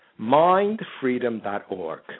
mindfreedom.org